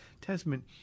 Testament